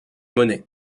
monnaies